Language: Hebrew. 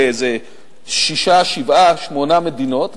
באיזה שש-שבע-שמונה מדינות,